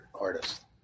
artist